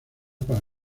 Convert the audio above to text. para